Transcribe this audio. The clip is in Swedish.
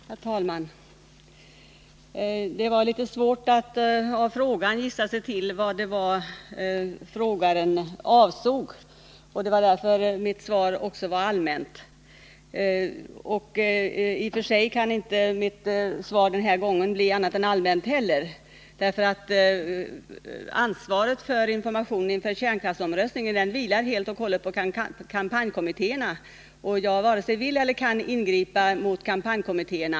Herr talman! Det var litet svårt att av frågan gissa sig till vad frågeställaren avsåg. Det var också därför mitt svar var allmänt. I och för sig kan mitt svar inte heller denna gång bli annat än allmänt, därför att ansvaret för information inför kärnkraftsomröstningen vilar helt och hållet på kampanjkommittéerna, och jag varken vill eller kan ingripa mot dem.